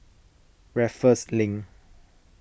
Raffles Link